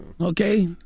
Okay